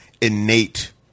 innate